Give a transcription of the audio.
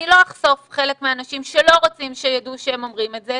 אני לא אחשוף חלק מהאנשים שלא רוצים שיידעו שהם אומרים את זה,